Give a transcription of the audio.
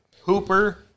Hooper